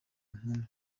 inkumi